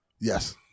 Yes